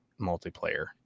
multiplayer